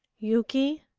yuki,